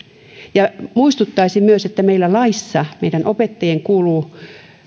muistuttaisin myös että meillä laissa opettajien kuuluu